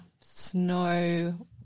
snow